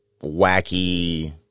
wacky